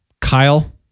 Kyle